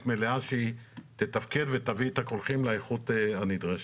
מלאה שהיא תתחקר ותביא את הקולחים לאיכות הנדרשת.